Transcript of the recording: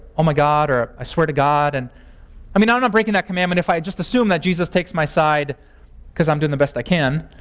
oh, my god, or i swear to god and i mean, i'm not breaking that commandment if i just assume jesus takes my side because i'm doing the best i can.